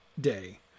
day